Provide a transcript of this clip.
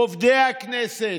עובדי הכנסת,